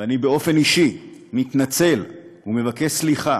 ואני באופן אישי מתנצל ומבקש סליחה